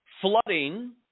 flooding